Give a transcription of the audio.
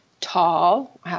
tall